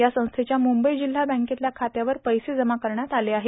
या संस्थेच्या मुंबई जिल्हा बँकेतल्या खात्यावर पैसे जमा करण्यात आले आहेत